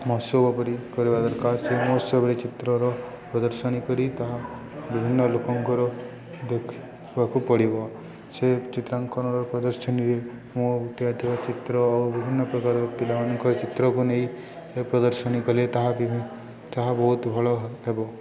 ମହୋତ୍ସବ ପରି କରିବା ଦରକାର ସେ ମହୋତ୍ସବରେ ଚିତ୍ରର ପ୍ରଦର୍ଶନୀ କରି ତାହା ବିଭିନ୍ନ ଲୋକଙ୍କର ଦେଖିବାକୁ ପଡ଼ିବ ସେ ଚିତ୍ରାଙ୍କନର ପ୍ରଦର୍ଶନୀରେ ମୁଁ ଉଠେଇଥିବା ଚିତ୍ର ଓ ବିଭିନ୍ନ ପ୍ରକାର ପିଲାମାନଙ୍କର ଚିତ୍ରକୁ ନେଇ ପ୍ରଦର୍ଶନୀ କଲେ ତାହା ତାହା ବହୁତ ଭଲ ହେବ